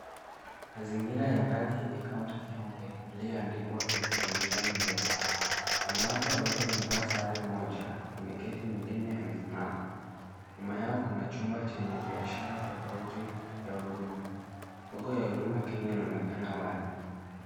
Mazingira ya ndani yenye kaunta nyeupe iliyoandikwa Information Desk . Wanawake wawili wamevaa sare moja ameketi mwingine amesimama. Nyuma yao kuna chumba chenye biashara tofauti ya huduma. Logo ya huduma Kenya inaonekana wazi.